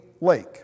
lake